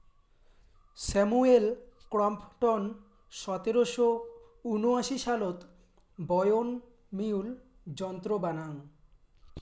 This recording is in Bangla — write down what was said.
স্যামুয়েল ক্রম্পটন সতেরশো উনআশি সালত বয়ন মিউল যন্ত্র বানাং